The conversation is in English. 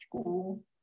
school